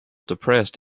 depressed